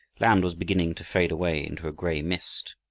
land was beginning to fade away into a gray mist,